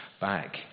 back